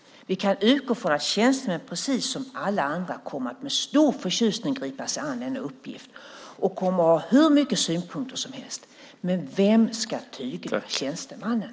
Vi kan utgå från att tjänstemän precis som alla andra kommer att med stor förtjusning gripa sig an denna uppgift. De kommer att ha hur mycket synpunkter som helst. Men vem ska tygla tjänstemannen?